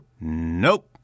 nope